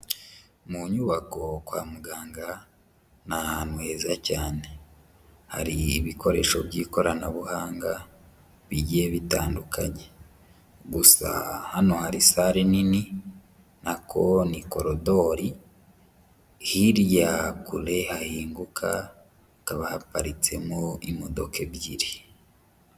Mu nyubako kwa muganga, ni ahantu heza cyane, hari ibikoresho by'ikoranabuhanga bigiye bitandukanye, gusa hano hari sale nini, nako ni korodori, hirya kure hahinguka hakaba haparitsemo imodoka ebyiri.